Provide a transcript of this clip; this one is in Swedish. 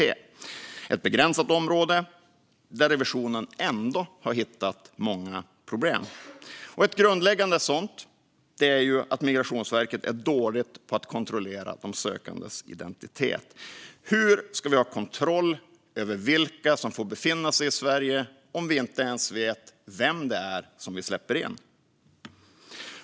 Det är ett begränsat område där Riksrevisionen ändå har hittat många problem. Ett grundläggande sådant är att Migrationsverket är dåligt på att kontrollera de sökandes identitet. Hur ska vi ha kontroll över vilka som får befinna sig i Sverige om vi inte ens vet vilka det är som vi släpper in?